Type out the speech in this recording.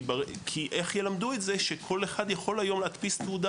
כי איך ילמדו את זה כשכל אחד יכול היום להדפיס תעודה